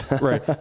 Right